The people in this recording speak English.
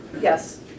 Yes